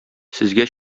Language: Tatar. сезгә